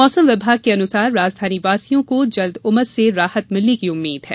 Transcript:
मौसम विभाग के अनुसार राजधानीवासियों को जल्द उमस से राहत मिलने की उम्मीद है